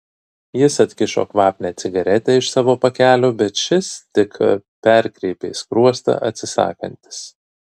jis atkišo kvapnią cigaretę iš savo pakelio bet šis tik perkreipė skruostą atsisakantis